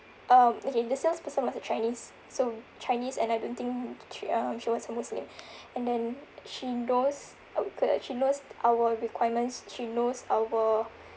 um okay the salesperson was a chinese so chinese and I don't think she um she was a muslim and then she knows our requi~ she knows our requirements she knows our